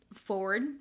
forward